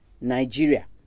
Nigeria